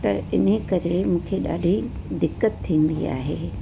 त इनकरे मूंखे ॾाढी दिक़त थींदी आहे